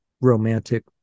romantic